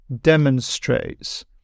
demonstrates